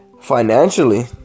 financially